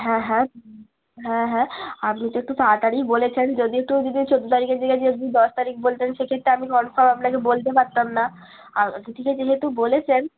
হ্যাঁ হ্যাঁ হ্যাঁ হ্যাঁ আপনি তো একটু তাড়াতাড়িই বলেছেন যদি একটু যদিও চোদ্দ তারিখের জায়গায় যদি দশ তারিখ বলতেন সেক্ষেত্রে আমি কনফার্ম আপনাকে বলতে পারতাম না আর ঠিক আছে যেহেতু বলেছেন